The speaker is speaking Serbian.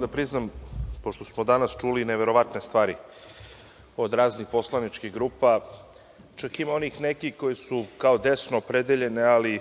da priznam, pošto smo danas čuli neverovatne stvari od raznih poslaničkih grupa, čak ima onih nekih koji su kao desno opredeljeni, ali